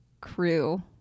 crew